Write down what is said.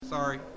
sorry